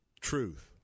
truth